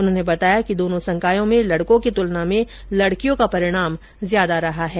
उन्होंने बताया कि दोनों संकायों में लडकों की तुलना में लडकियों का परिणाम ज्यादा रहा है